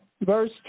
verse